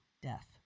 death